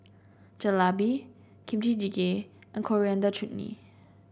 Jalebi Kimchi Jjigae and Coriander Chutney